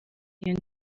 iyo